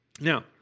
Now